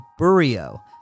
Burio